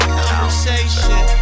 conversation